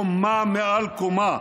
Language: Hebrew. קומה מעל קומה,